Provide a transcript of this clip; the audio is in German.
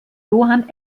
johann